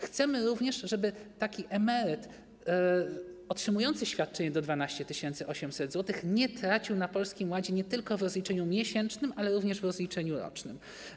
Chcemy również, żeby taki emeryt otrzymujący świadczenie do 12 800 zł nie tracił na Polskim Ładzie nie tylko w rozliczeniu miesięcznym, ale również w rozliczeniu rocznym.